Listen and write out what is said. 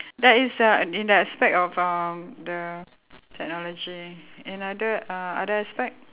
that is uh in the aspect of um the technology in other uh other aspect